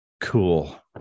cool